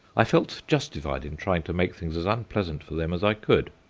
i felt justified in trying to make things as unpleasant for them as i could.